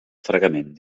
fregament